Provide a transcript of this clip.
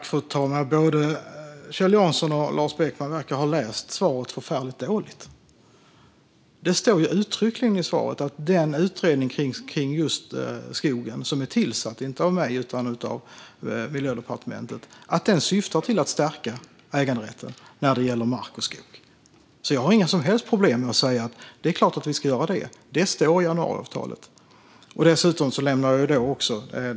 Fru talman! Både Kjell Jansson och Lars Beckman verkar ha läst svaret förfärligt dåligt. Det står uttryckligen i svaret att den utredning som är tillsatt om skogen - inte av mig utan av Miljödepartementet - syftar till att stärka äganderätten när det gäller mark och skog. Jag har därför inget som helst problem att säga att det är klart att vi ska göra det. Det står i januariavtalet.